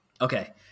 Okay